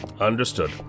Understood